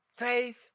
Faith